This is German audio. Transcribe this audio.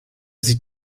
sieht